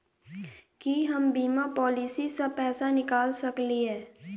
की हम बीमा पॉलिसी सऽ पैसा निकाल सकलिये?